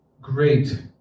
great